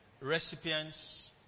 recipients